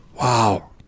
wow